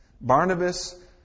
Barnabas